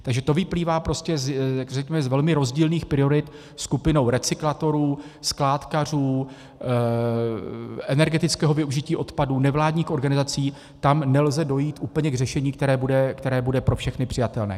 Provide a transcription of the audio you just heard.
Takže to vyplývá prostě, řekněme, z velmi rozdílných priorit skupin recyklátorů, skládkařů, energetického využití odpadu, nevládních organizací, tam nelze dojít úplně k řešení, které bude pro všechny přijatelné.